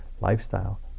lifestyle